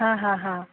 हा हा हा